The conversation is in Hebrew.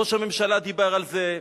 ראש הממשלה דיבר על זה,